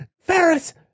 Ferris